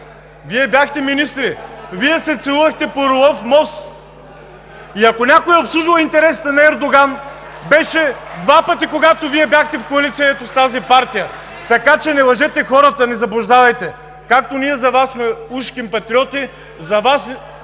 бе!“) Вие се целувахте по Орлов мост! И ако някой е обслужвал интересите на Ердоган, беше два пъти, когато Вие бяхте в коалиция ето с тази партия. Така че не лъжете хората, не заблуждавайте. Както ние за Вас сме ужким патриоти, за Вас